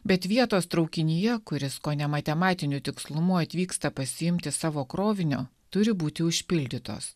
bet vietos traukinyje kuris kone matematiniu tikslumu atvyksta pasiimti savo krovinio turi būti užpildytos